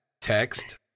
text